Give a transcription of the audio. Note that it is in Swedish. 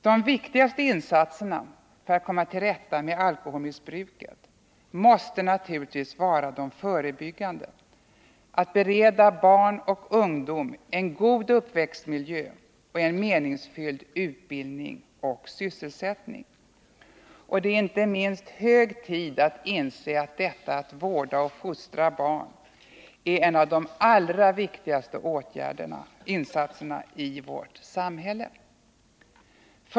De viktigaste insatserna för att komma till rätta med alkoholmissbruket måste naturligtvis vara de förebyggande, att bereda barn och ungdom en god uppväxtmiljö och en meningsfylld utbildning och sysselsättning. Det är hög tid att inse att detta att vårda och fostra barn är en av de allra viktigaste uppgifterna i vårt samhälle.